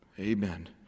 Amen